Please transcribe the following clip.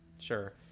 Sure